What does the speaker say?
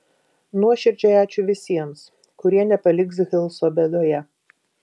nuoširdžiai ačiū visiems kurie nepaliks hilso bėdoje